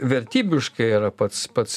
vertybiškai yra pats pats